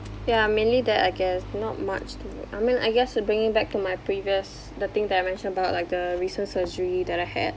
ya mainly that I guess not much to I mean I guess bringing back to my previous the thing that I mentioned about like the recent surgery that I had